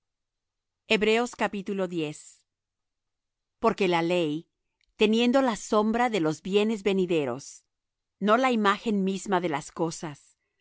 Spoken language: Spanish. esperan para salud porque la ley teniendo la sombra de los bienes venideros no la imagen misma de las cosas